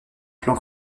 plan